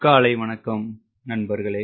காலை வணக்கம் நண்பர்களே